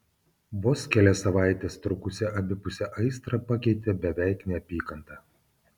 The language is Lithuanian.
vos kelias savaites trukusią abipusę aistrą pakeitė beveik neapykanta